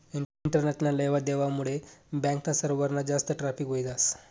इंटरनेटना लेवा देवा मुडे बॅक ना सर्वरमा जास्त ट्रॅफिक व्हयी जास